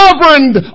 governed